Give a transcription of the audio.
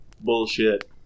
Bullshit